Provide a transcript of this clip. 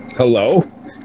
Hello